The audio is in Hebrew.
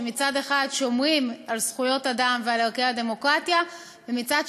כשמצד אחד שומרים על זכויות אדם ועל ערכי הדמוקרטיה ומצד